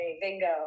bingo